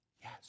yes